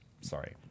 Sorry